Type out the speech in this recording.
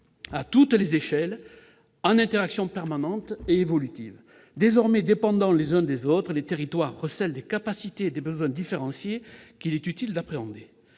à toutes les échelles et en interaction permanente et évolutive. Désormais dépendants les uns des autres, les territoires recèlent des capacités et des besoins différenciés, qu'il est utile d'appréhender.